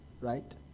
Right